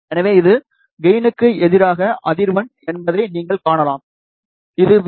எனவே இது கெயுனுக்கு எதிராக அதிர்வெண் என்பதை நீங்கள் காணலாம் இது வி